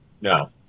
No